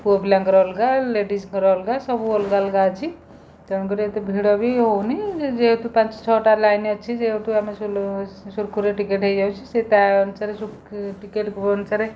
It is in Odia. ପୁଅ ପିଲାଙ୍କର ଅଲଗା ଲେଡ଼ିସ୍ ଙ୍କର ଅଲଗା ସବୁ ଅଲଗା ଅଲଗା ଅଛି ତେଣୁକରି ଏତେ ଭିଡ଼ ବି ହଉନି ଯେହେତୁ ପାଞ୍ଚ ଛଅଟା ଲାଇନ୍ ଅଛି ଯେହେତୁ ଆମେ ଶୁଲୁ ସୁରୁଖୁରୁରେ ଟିକେଟ୍ ହେଇଯାଉଛି ସେ ତା ଅନୁସାରରେ ଟିକେଟ୍ କେଉଁ ଅନୁସାରରେ